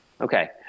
Okay